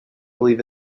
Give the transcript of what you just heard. believe